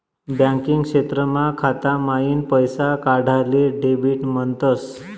banking क्षेत्रमा खाता माईन पैसा काढाले डेबिट म्हणतस